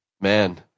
Man